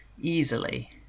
easily